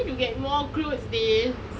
I need to get more clothes dey